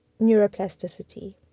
Neuroplasticity